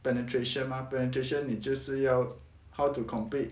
penetration mah penetration 你就是要 how to compete